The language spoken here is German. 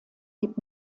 gibt